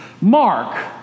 Mark